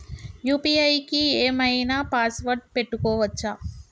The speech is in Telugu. యూ.పీ.ఐ కి ఏం ఐనా పాస్వర్డ్ పెట్టుకోవచ్చా?